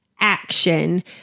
action